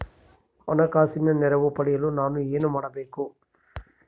ಹಣಕಾಸಿನ ನೆರವು ಪಡೆಯಲು ನಾನು ಏನು ಮಾಡಬೇಕು?